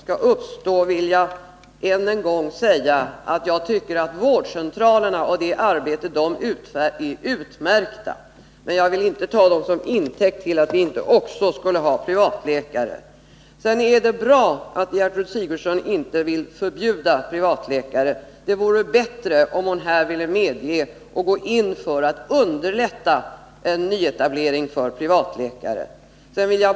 Herr talman! För att ingen missuppfattning skall uppstå vill jag än en gång säga att jag tycker att vårdcentralerna är utmärkta liksom det arbete som där utförs. Men jag vill inte ta detta till intäkt för att det inte också skulle behövas privatläkare. Det är bra att Gertrud Sigurdsen inte vill förbjuda privatläkare. Det vore bättre om hon här ville uttala sig för att underlätta en nyetablering för privatläkare.